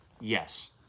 yes